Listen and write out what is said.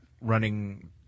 running